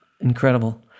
Incredible